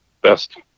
Best